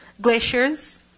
glaciers